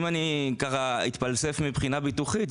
אם אני אתפלסף מבחינה ביטוחית,